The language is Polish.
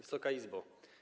Wysoka Izbo!